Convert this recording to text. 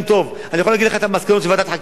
אני יכול להגיד לך את המסקנות של ועדת חקירה פרלמנטרית,